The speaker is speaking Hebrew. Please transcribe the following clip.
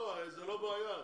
זאת לא בעיה.